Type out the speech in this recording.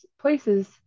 places